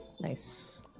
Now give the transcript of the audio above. Nice